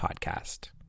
PODCAST